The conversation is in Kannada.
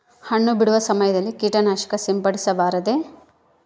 ಹಣ್ಣು ಬಿಡುವ ಸಮಯದಲ್ಲಿ ಕೇಟನಾಶಕ ಸಿಂಪಡಿಸಬಾರದೆ?